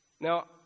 Now